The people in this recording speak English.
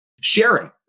Sharing